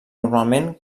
normalment